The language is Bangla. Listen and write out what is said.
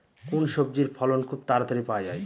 কোন সবজির ফলন খুব তাড়াতাড়ি পাওয়া যায়?